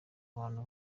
abantu